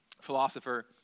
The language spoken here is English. philosopher